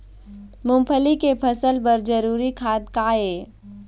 मूंगफली के फसल बर जरूरी खाद का ये?